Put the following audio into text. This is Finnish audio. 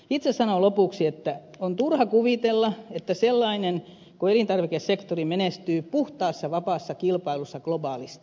itse sanon lopuksi että on turha kuvitella että sellainen kuin elintarvikesektori menestyy puhtaassa vapaassa kilpailussa globaalisti